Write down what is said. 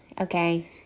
okay